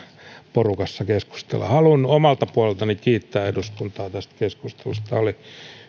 porukassa keskustella haluan omalta puoleltani kiittää eduskuntaa tästä keskustelusta tämä oli